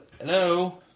Hello